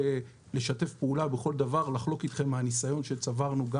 לשתף פעולה בכל דבר ולחלוק איתכם מהניסיון שצברנו גם